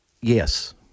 yes